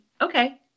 okay